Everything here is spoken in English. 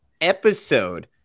episode